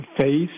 face